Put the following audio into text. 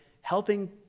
helping